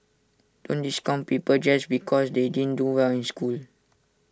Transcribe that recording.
don't discount people just because they didn't do well in school